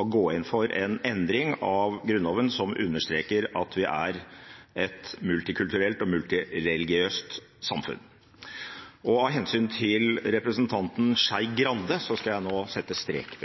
å gå inn for en endring av Grunnloven som understreker at vi er et multikulturelt og multireligiøst samfunn. Av hensyn til representanten Skei Grande skal jeg nå sette strek.